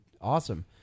awesome